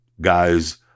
guys